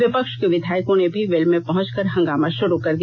विपक्ष के विधायकों ने भी वेल में पहुंचकर हंगामा शुरू कर दिया